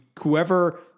whoever